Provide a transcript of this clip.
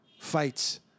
fights